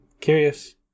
curious